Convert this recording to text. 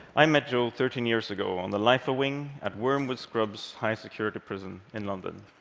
i met joe thirteen years ago on the lifer wing at wormwood scrubs high-security prison in london.